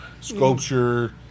Sculpture